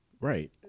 Right